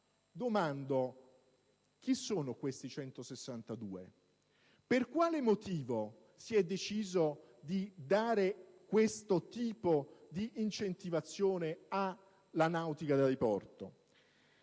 Domando: chi sono questi 162? Per quale motivo si è deciso di dare questo tipo di incentivazione alla nautica da diporto?